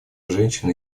женщин